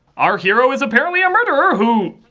our hero is apparently a murderer who.